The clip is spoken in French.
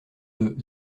deux